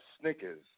Snickers